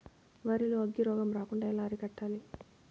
వరి లో అగ్గి రోగం రాకుండా ఎలా అరికట్టాలి?